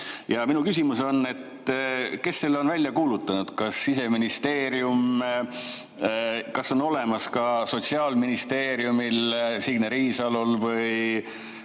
Ja minu küsimus on: kes selle on välja kuulutanud? Kas Siseministeerium? Kas [see plaan] on olemas ka Sotsiaalministeeriumil, Signe Riisalol või